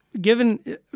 given